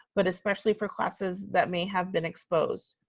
but especially for classes that may have been exposed?